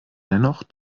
dennoch